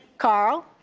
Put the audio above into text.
carl.